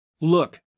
Look